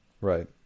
Right